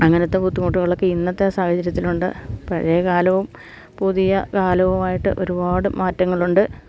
അങ്ങനത്തെ ബുദ്ധിമുട്ടുകളൊക്കെ ഇന്നത്തെ സാഹചര്യത്തിലുണ്ട് പഴയ കാലവും പുതിയ കാലവുമായിട്ട് ഒരുപാട് മാറ്റങ്ങളുണ്ട്